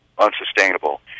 unsustainable